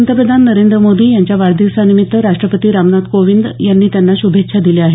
पंतप्रधान नरेंद्र मोदी यांच्या वाढादिवसा निमित्त राष्ट्रपती रामनाथ कोविंद यांनी त्यांना शुभेच्छा दिल्या आहेत